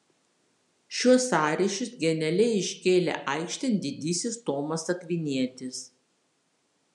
šiuos sąryšius genialiai iškėlė aikštėn didysis tomas akvinietis